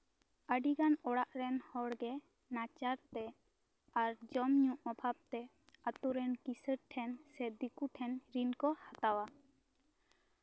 ᱟᱹᱰᱤᱜᱟᱱ ᱚᱲᱟᱜ ᱨᱮᱱ ᱦᱚᱲᱜᱮ ᱱᱟᱪᱟᱨ ᱛᱮ ᱟᱨ ᱡᱚᱢ ᱧᱩ ᱚᱵᱷᱟᱵ ᱛᱮ ᱟᱛᱳ ᱨᱮᱱ ᱠᱤᱥᱟᱹᱬ ᱴᱷᱮᱱ ᱥᱮ ᱫᱤᱠᱩ ᱴᱷᱮᱱ ᱨᱤᱱ ᱠᱚ ᱦᱟᱛᱟᱣᱟ